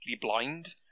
blind